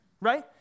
right